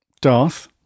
Darth